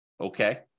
Okay